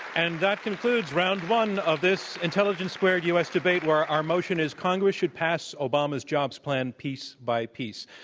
and that concludes round one of this intelligence squared us debate where our motion is congress should pass obama's jobs plan piece by piece.